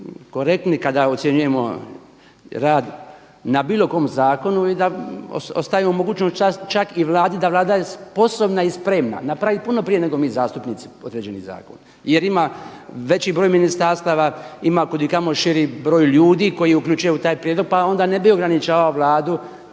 kada ocjenjujemo rad na bilo kojem zakonu i da ostavimo mogućnost čak i Vladi da Vlada je sposobna i spremna napraviti puno prije nego mi zastupnici određeni zakon jer ima veći broj ministarstava, ima kudikamo širi broj ljudi koje uključuje u taj prijedlog pa onda ne bi ograničavali Vladu